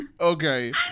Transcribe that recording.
Okay